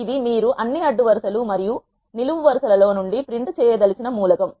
ఇది మీరు అన్ని అడ్డు వరు సలు మరియు నిలువు వరసలలో నుండి ప్రింట్ చేయదలచిన మూలకం